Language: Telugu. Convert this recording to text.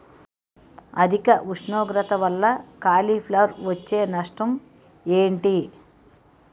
అధిక ఉష్ణోగ్రత వల్ల కాలీఫ్లవర్ వచ్చే నష్టం ఏంటి?